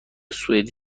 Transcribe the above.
سوئدی